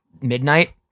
midnight